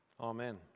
Amen